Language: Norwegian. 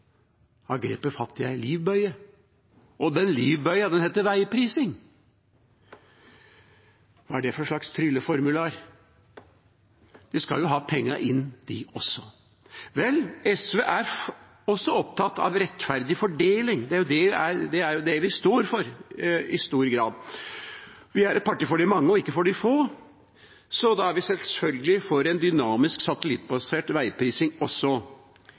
har grepet fatt i en livbøye. Den livbøyen heter veiprising. Hva er det for slags trylleformular? De skal jo ha pengene inn, de også. Vel, SV er også opptatt av rettferdig fordeling. Det er jo det vi står for i stor grad. Vi er et parti for de mange og ikke for de få, så da er vi selvfølgelig for en dynamisk, satellittbasert veiprising også.